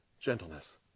gentleness